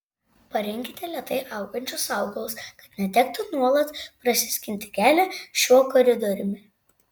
parinkite lėtai augančius augalus kad netektų nuolat prasiskinti kelią šiuo koridoriumi